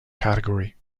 category